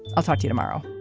i'll talk to tomorrow